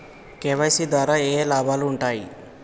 KYC ద్వారా ఏఏ లాభాలు ఉంటాయి?